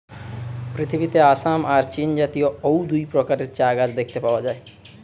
পৃথিবীতে আসাম আর চীনজাতীয় অউ দুই প্রকারের চা গাছ দেখতে পাওয়া যায়